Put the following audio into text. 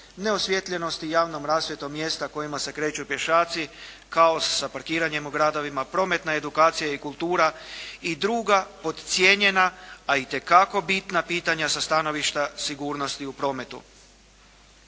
Neosvijetljenosti javnom rasvjetom mjesta kojima se kreću pješaci, kaos sa parkiranjem u gradovima, prometna edukacija i kultura i druga podcijenjena a itekako bitna pitanja sa stanovišta sigurnosti u prometu.